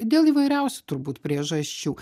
dėl įvairiausių turbūt priežasčių